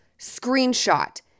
Screenshot